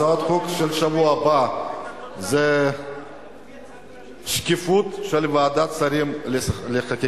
הצעת החוק של השבוע הבא היא שקיפות של ועדת שרים לחקיקה.